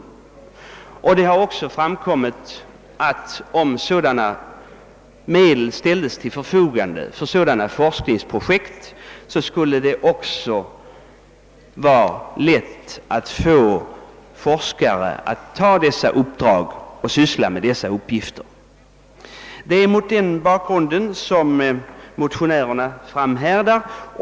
Det har också framkommit att det, om medel ställdes till förfogande för sådana forskningsprojekt, skulle vara lätt att få forskare att åta sig dessa uppdrag och ägna sig åt dessa uppgifter. Det är mot denna bakgrund som vi motionärer framhärdar.